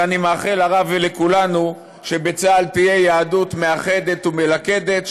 ואני מאחל לרב ולכולנו שבצה"ל תהיה יהדות מאחדת ומלכדת,